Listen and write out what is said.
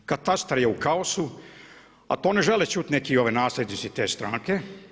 Katastar je u kaosu, a to ne žele čuti neki ovi nasljednici te stranke.